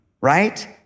right